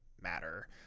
matter